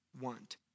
want